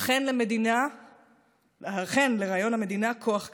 אכן, לרעיון המדינה כוח כזה.